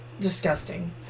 disgusting